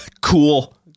cool